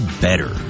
better